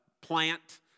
plant